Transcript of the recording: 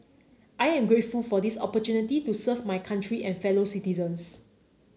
I am grateful for this opportunity to serve my country and fellow citizens